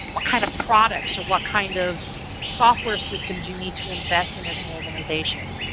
what kind of products or what kind of software systems you need to invest in as an organization.